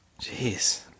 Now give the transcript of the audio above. jeez